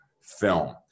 film